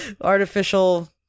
artificial